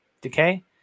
decay